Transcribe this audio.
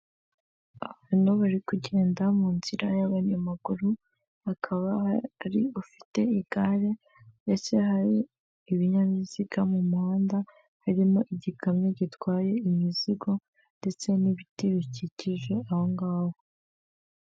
Ibikorwaremezo mu muhanda w'abanyamaguru ndetse iruhande uriho ubusitani burimo ipoto riyishamikiyeho insinga zo mw' ibara ry'umukara zigena amashanyarazi ku baturiye iryo poto.